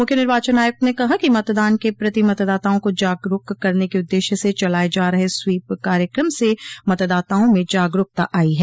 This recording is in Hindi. मुख्य निर्वाचन आयुक्त ने कहा कि मतदान के प्रति मतदाताओं को जागरूक करने के उद्देश्य से चलाये जा रहे स्वीप कार्यक्रम से मतदाताओं में जागरूकता आई है